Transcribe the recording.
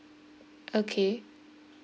okay